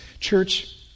Church